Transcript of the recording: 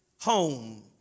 home